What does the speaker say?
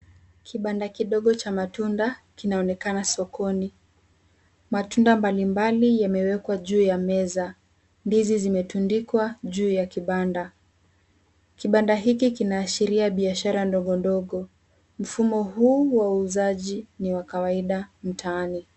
kibanda kidogo cha matunda, kinaonekana sokoni. Matunda mbalimbali yamewekwa juu ya meza, ndizi zimetundikwa juu ya kibanda. Kibanda hiki kinaashiria biashara ndogo ndogo. Mfumo huu wa uuzaji ni wa kawaida mtaani.